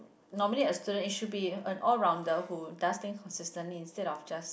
normally a student it should be an all rounder who does thing consistently instead of just